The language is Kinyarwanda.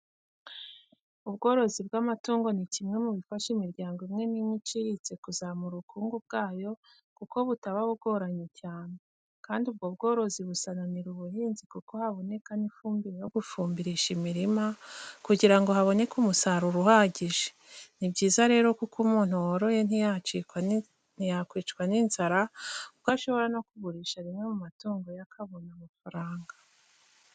Ubworozi bw'amatungo ni kimwe mu bifasha imiryango imwe n'imwe iciriritse kuzamura ubukungu bwayo kuko butaba bugoranye cyane, kandi ubwo bworozi busananira ubuhinzi kuko haboneka n'ifumbire yo gufumbirisha imirima kugira ngo haboneke umusaruro uhagije. Ni byiza rero kuko umuntu woroye ntiyakwicwa n'inzara kuko ashobora no kugurisha rimwe mu matungo ye akabona amafaranga.